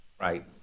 right